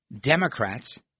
Democrats